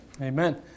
Amen